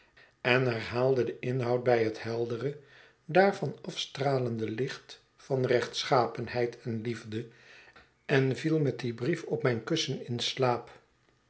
en herhaalde den inhoud bij het heldere daarvan afstralende licht van rechtschapenheid en liefde en viel met dien brief op mijn kussen in slaap